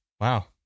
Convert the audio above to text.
Wow